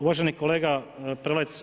Uvaženi kolega Prelec.